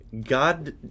God